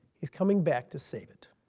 he's coming back to save it.